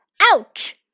ouch